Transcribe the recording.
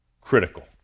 critical